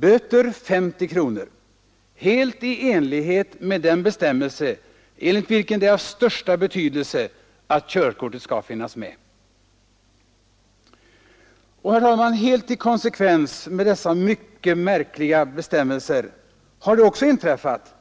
Böter 50 kronor — helt i enlighet med den bestämmelse, enligt vilken det är av största betydelse att körkortet finns med! Helt i konsekvens med dessa mycket märkliga bestämmelser har det också inträffat